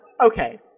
okay